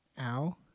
ow